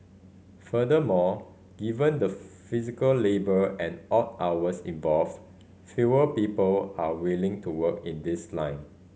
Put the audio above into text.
furthermore given the physical labour and odd hours involved fewer people are willing to work in this line